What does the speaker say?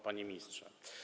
Panie Ministrze!